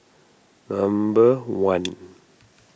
number one